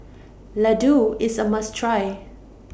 Ladoo IS A must Try